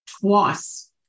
twice